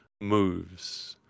moves